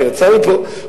שיצא מפה,